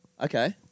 Okay